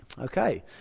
Okay